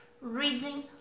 Reading